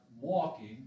walking